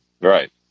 Right